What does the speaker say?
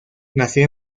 nació